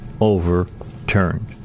overturned